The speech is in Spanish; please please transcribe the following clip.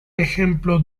ejemplo